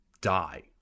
die